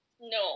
No